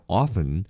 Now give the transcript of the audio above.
often